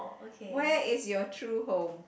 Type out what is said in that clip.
where is your true home